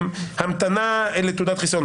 המתנה לתעודת חיסיון,